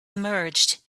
emerged